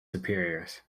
superiors